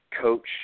coach